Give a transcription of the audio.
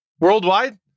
Worldwide